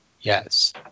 Yes